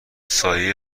سایه